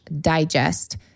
digest